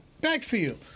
backfield